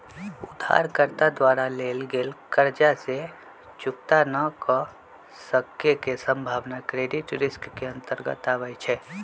उधारकर्ता द्वारा लेल गेल कर्जा के चुक्ता न क सक्के के संभावना क्रेडिट रिस्क के अंतर्गत आबइ छै